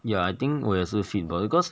ya I think 我也是 fit body because